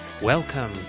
Welcome